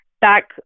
back